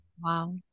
Wow